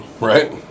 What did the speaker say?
Right